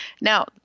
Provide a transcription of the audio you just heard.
Now